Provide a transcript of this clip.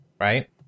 Right